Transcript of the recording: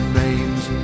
names